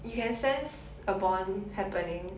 you can sense a bomb happening